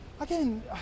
again